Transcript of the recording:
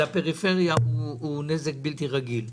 לפריפריה הוא נזק בלתי-רגיל.